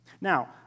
Now